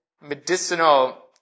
medicinal